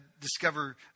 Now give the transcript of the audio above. Discover